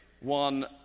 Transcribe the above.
one